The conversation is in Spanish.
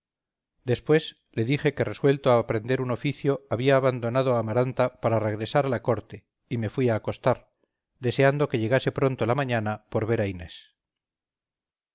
después le dije que resuelto a aprender un oficio había abandonado a amaranta para regresar a la corte y me fui a acostar deseando que llegase pronto la mañana por ver a inés